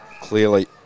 Clearly